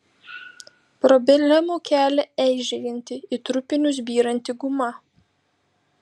problemų kelia eižėjanti į trupinius byranti guma